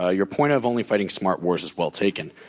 ah your point of only fighting smart wars is well taken.